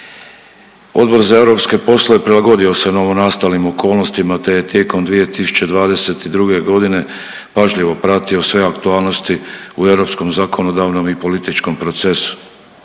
Odbor za europske poslove prilagodio se novonastalim okolnostima te je tijekom 2022. godine pažljivo pratio sve aktualnosti u europskom zakonodavnom i političkom procesu.